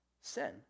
sin